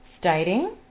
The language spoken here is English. stating